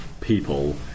people